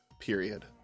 Period